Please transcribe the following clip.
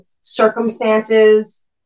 circumstances